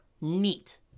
Neat